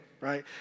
right